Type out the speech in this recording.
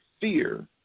fear